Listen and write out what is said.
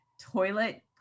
toilet